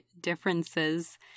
differences